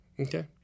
Okay